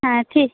হ্যাঁ ঠিক